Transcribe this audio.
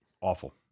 Awful